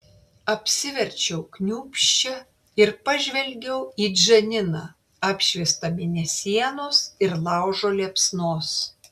apsiverčiau kniūbsčia ir pažvelgiau į džaniną apšviestą mėnesienos ir laužo liepsnos